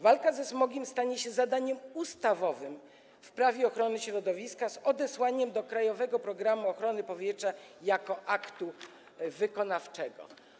Walka ze smogiem stanie się zadaniem ustawowym w Prawie ochrony środowiska, z odesłaniem do „Krajowego programu ochrony powietrza” jako aktu wykonawczego.